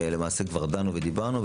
למעשה כבר דנו ודיברנו.